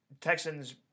Texans